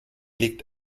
liegt